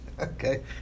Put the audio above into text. Okay